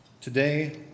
Today